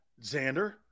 Xander